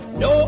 no